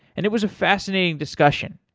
and it was a fascinating discussion.